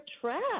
trapped